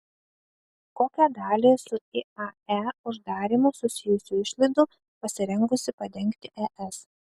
kokią dalį su iae uždarymu susijusių išlaidų pasirengusi padengti es